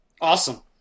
awesome